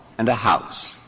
and a house.